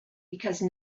because